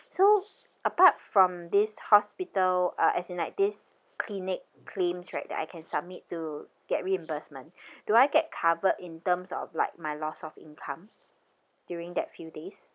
so apart from this hospital uh as in like this clinic claims right that I can submit to get reimbursement do I get covered in terms of like my loss of income during that few days